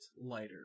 lighter